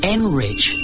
Enrich